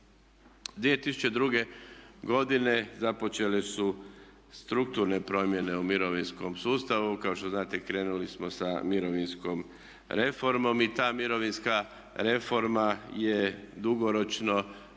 2002.godine započele su strukturne promjene u mirovinskom sustavu. Kao što znate krenuli samo sa mirovinskom reformom i ta mirovinska reforma je dugoročno